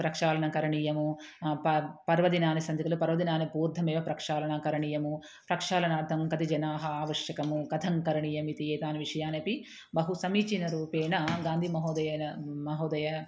प्रक्षालनं करणीयं प पर्वदिनानि सन्ति खलु पर्वदिनानि पूर्वमेव प्रक्षालनं करणीयं प्रक्षालनार्थं कति जनाः आवश्यकं कथं करणीयमिति एतान् विषयानपि बहु समीचीनरूपेण गान्धिमहोदयेन महोदयेन